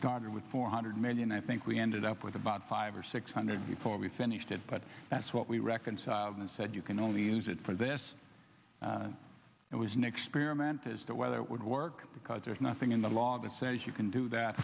started with four hundred million i think we ended up with about five or six hundred before we finished it but that's what we reconciled and said you can only use it for this it was an experiment as to whether it would work because there's nothing in the law that says you can do that